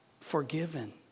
forgiven